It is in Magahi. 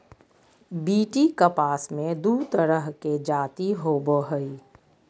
बी.टी कपास मे दू तरह के जाति होबो हइ